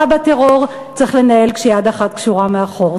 בטרור צריך לנהל כשיד אחת קשורה מאחור.